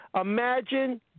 imagine